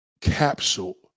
capsule